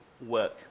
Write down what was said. work